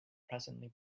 presently